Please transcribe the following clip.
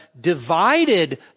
divided